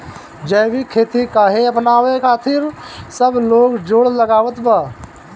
जैविक खेती काहे अपनावे खातिर सब लोग जोड़ लगावत बा?